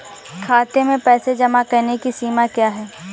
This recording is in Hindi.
खाते में पैसे जमा करने की सीमा क्या है?